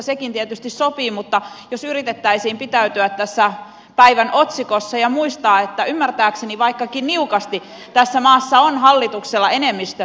sekin tietysti sopii mutta jos yritettäisiin pitäytyä tässä päivän otsikossa ja muistaa että ymmärtääkseni vaikkakin niukasti tässä maassa on hallituksella enemmistö